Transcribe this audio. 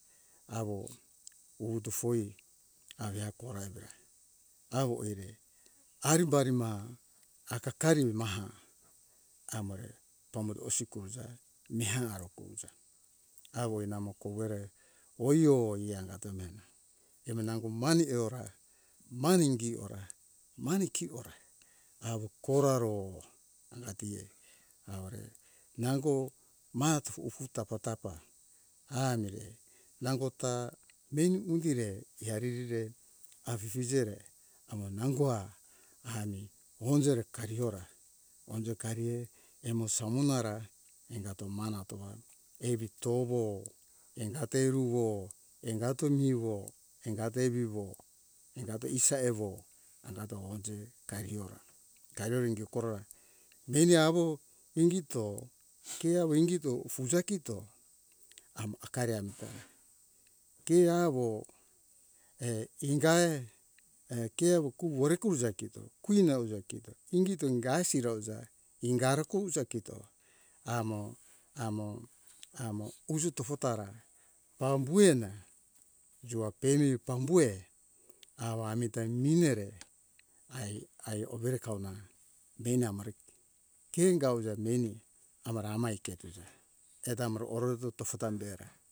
Awo wutu foe avea kora be awo ere arimbari maha akakari maha amore pambuto osikoza meha aro kouja awoe namo kovere oio iangato mihena emo nango moni eora moni ini ora moni keora awo koraro angatie awore nango mahat fu ufu tapa tapa amire nangota meni ugire irire afije re amo nango ha ami onjere kariora onje karie emo samonara ingato mana toa evitovo angate ruo angat tomiwo angat evivo angat isaevo angato onje kari eora kaire ringi korora meni awo ingito ke awo ingito ufuja kito amo akari amita ke awo err ingae err ke awo ku orekizo kito queen auza kito ingito ingae siro jai ingara kouza kito amo amo amo uzu tofo tara pambuhena jua pemi pambuhe awa amita minere ai ai overe kauna meni amore ke ke inga uja meni amara amai ke tuja eto amoro ororoto fofo tam bera